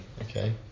okay